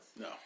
No